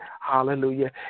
hallelujah